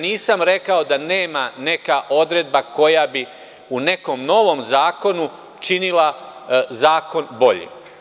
Nisam rekao da nema neka odredba koja bi u nekom novom zakonu činila zakon boljim.